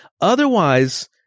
otherwise